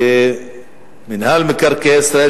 ומינהל מקרקעי ישראל,